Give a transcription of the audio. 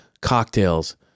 cocktails